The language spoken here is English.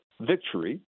victory